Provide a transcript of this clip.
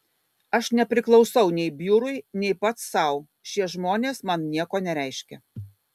aš nepriklausau nei biurui nei pats sau šie žmonės man nieko nereiškia